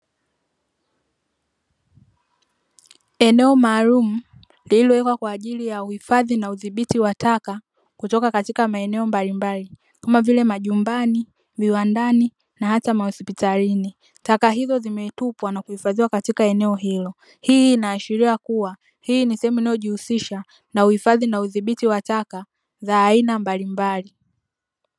Eneo maalumu lililowekwa kwa ajili ya uhifadhi na udhibiti wa taka kutoka katika maeneo mbalimbali kama vile majumbani, viwandani na hata mahospitalini. Taka hizo zimetupwa na kuhifadhiwa katika eneo hilo, hii inaashiria kuwa hii ni sehemu inayojihusisha na uhifadhi na udhibiti wa taka za aina mbalimbali.